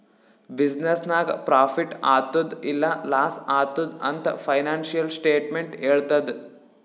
business ನಾಗ್ profit ಆತ್ತುದ್ ಇಲ್ಲಾ ಲಾಸ್ ಆತ್ತುದ್ ಅಂತ್ ಫೈನಾನ್ಸಿಯಲ್ ಸ್ಟೇಟ್ಮೆಂಟ್ ಹೆಳ್ತುದ್